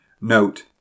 Note